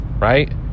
right